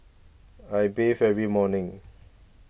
I bathe every morning